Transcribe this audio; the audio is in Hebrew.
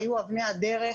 היו אבני הדרך